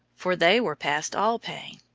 for they were past all pain.